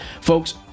Folks